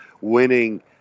winning